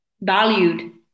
valued